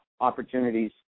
opportunities